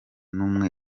n’umwe